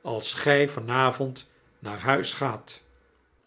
als gy van avond naar huis gaat